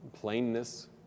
plainness